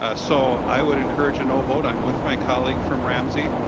ah so i would encourage a no vote. i'm with my colleague from ramsey.